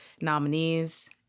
nominees